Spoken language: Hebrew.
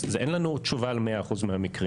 אז אין לנו תשובה על מאה אחוז מהמקרים.